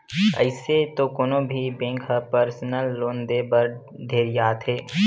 अइसे तो कोनो भी बेंक ह परसनल लोन देय बर ढेरियाथे